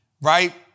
right